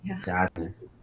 sadness